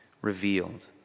revealed